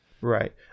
Right